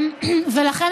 ולכן,